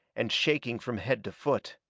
and shaking from head to foot.